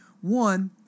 One